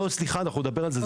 לא, סליחה, אנחנו נדבר על זה.